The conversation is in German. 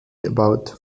about